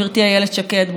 ברוכה הבאה לדיון.